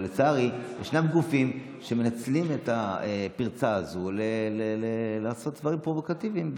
אבל לצערי ישנם גופים שמנצלים את הפרצה הזו לעשות דברים פרובוקטיביים,